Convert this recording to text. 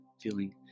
feeling